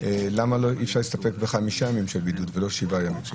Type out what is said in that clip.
למה אי אפשר להסתפק בחמישה ימים של בידוד ולא שבעה ימים,